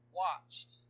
watched